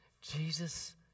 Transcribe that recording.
Jesus